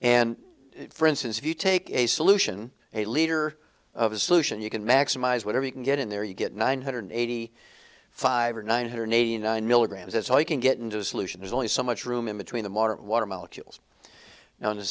and for instance if you take a solution a leader of a solution you can maximise whatever you can get in there you get nine hundred eighty five or nine hundred eighty nine milligrams that's all you can get into solution there's only so much room in between the mo